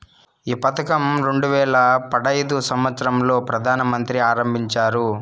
ఈ పథకం రెండు వేల పడైదు సంవచ్చరం లో ప్రధాన మంత్రి ఆరంభించారు